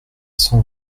cent